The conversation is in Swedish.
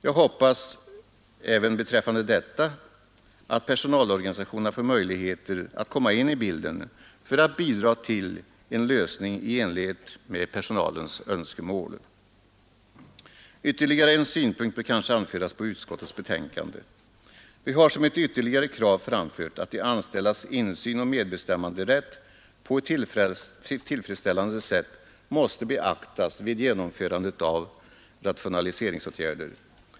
Jag hoppas även beträffande detta, att personalorganisationerna får möjligheter att komma in i bilden för att bidra till en lösning i enlighet med personalens önskemål. Ytterligare en synpunkt bör kanske anföras på utskottets betänkande. Vi har som ett ytterligare krav framfört, att de anställdas insyn och medbestämmanderätt på ett tillfredsställande sätt måste beaktas vid genomförandet av rationaliseringsåtgärder.